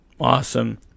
Awesome